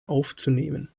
aufzunehmen